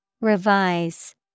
Revise